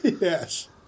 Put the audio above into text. Yes